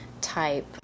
type